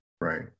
Right